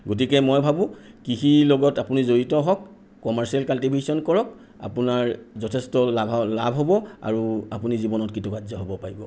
গতিকে মই ভাবোঁ কৃষিৰ লগত আপুনি জড়িত হওক কমাৰ্চিয়েল কাল্টিভেশ্যন কৰক আপোনাৰ যথেষ্ট লাভা লাভ হ'ব আৰু আপুনি জীৱনত কৃতকাৰ্য হ'ব পাৰিব